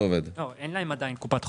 לא, אין להם עדיין קופת חולים.